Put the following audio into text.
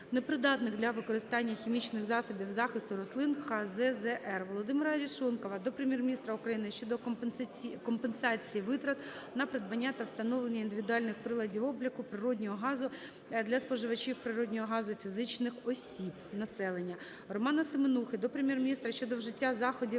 непридатних для використання хімічних засобів захисту рослин (ХЗЗР). Володимира Арешонкова до Прем'єр-міністра щодо компенсації витрат на придбання та встановлення індивідуальних приладів обліку природного газу для споживачів природного газу - фізичних осіб (населення). Романа Семенухи до Прем'єр-міністра щодо вжиття заходів